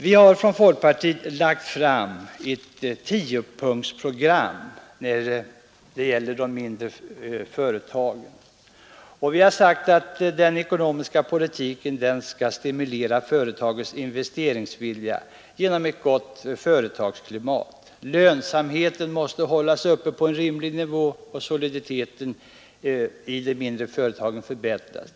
Vi har från folkpartiet lagt fram förslag till ett tiopunktsprogram när det gäller de mindre företagen. Vi säger där att den ekonomiska politiken skall stimulera företagens investeringsvilja genom ett gott företagsklimat; lönsamheten måste hållas uppe på en rimlig nivå och soliditeten i de mindre företagen förbättras.